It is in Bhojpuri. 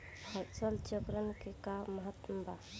फसल चक्रण क का महत्त्व बा?